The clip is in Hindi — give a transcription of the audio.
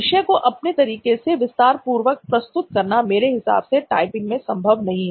विषय को अपने तरीके से विस्तारपूर्वक प्रस्तुत करना मेरे हिसाब से टाइपिंग में संभव नहीं है